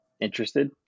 interested